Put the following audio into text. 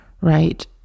right